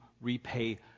repay